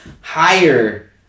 higher